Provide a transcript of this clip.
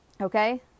okay